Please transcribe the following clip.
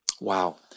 Wow